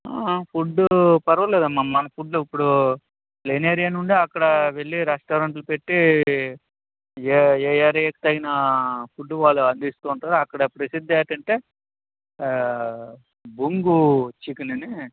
ఆ ఫుడ్ పర్వాలేదు అమ్మా మన ఫుడ్ ఇప్పుడు లీన్ ఏరియా నుండి అక్కడ వెళ్ళి రెస్టారెంట్లు పెట్టి ఏ ఏరియాకి తగిన ఫుడ్ వాళ్ళు అందిస్తూ ఉంటారు అక్కడ ప్రసిద్ధి ఏంటంటే బొంగు చికెన్ అని